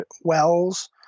Wells